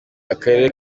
akarere